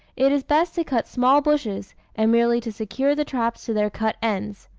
it is best to cut small bushes, and merely to secure the traps to their cut ends.